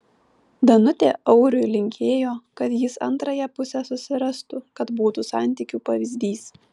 danutė auriui linkėjo kad jis antrąją pusę susirastų kad būtų santykių pavyzdys